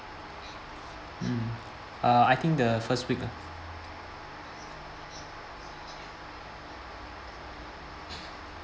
mm uh I think the first week lah